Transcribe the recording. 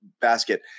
basket